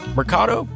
Mercado